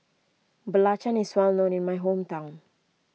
Belacan is well known in my hometown